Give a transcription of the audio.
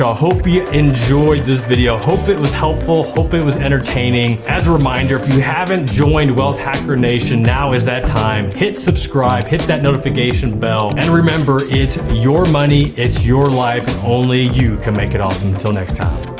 ah hope you enjoy this video. hope it was helpful, hope it was entertaining, as a reminder, if you haven't joined wealth hacker nation, now is that time. hit subscribe, hit that notification bell, and remember, it's your money, it's your life, and only you can make it awesome. until next time.